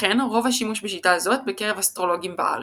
לכן רב השימוש בשיטה זאת בקרב אסטרולוגים בארץ.